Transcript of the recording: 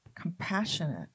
compassionate